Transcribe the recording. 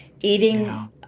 eating